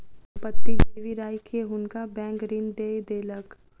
संपत्ति गिरवी राइख के हुनका बैंक ऋण दय देलक